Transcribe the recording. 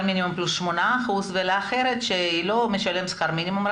מינימום פלוס שמונה אחוזים ולאחרת משלם רק שכר מינימום?